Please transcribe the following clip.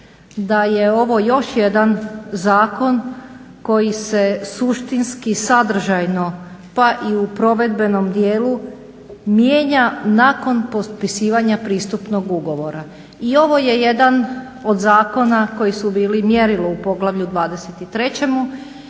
da je ovo još jedan zakon koji se suštinski, sadržajno pa i u provedbenom dijelu mijenja nakon potpisivanja pristupnog ugovora. I ovo je jedan od zakona koji su bili mjerilo u poglavlju 23.